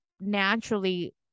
naturally